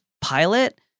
pilot